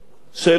השאלות נכונות.